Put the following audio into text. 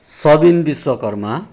Sabin Vishwakarma